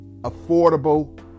affordable